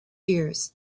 years